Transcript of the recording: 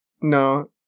No